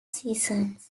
seasons